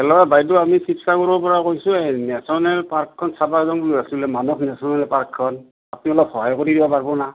hello বাইদ' আমি শিৱসাগৰৰ পৰা কৈছোঁ নেশ্যনেল পাৰ্কখন চাব যাম বুলি ভাবিছোঁ মানস নেশ্যনেল পাৰ্কখন আপুনি অলপ সহায় কৰি দিব পাৰিব নে